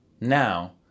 Now